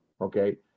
okay